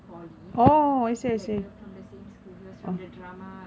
polytechnic like we were from the same school he was from the drama